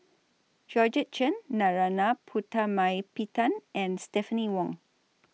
Georgette Chen Narana Putumaippittan and Stephanie Wong